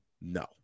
no